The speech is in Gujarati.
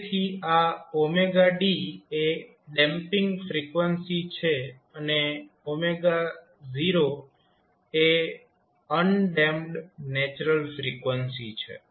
તેથી આ d એ ડેમ્પીંગ ફ્રીક્વન્સી છે અને 0 એ અનડેમ્પ્ડ નેચરલ ફ્રીક્વન્સી છે